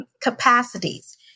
capacities